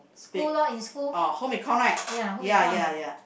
school lor in school ya home econ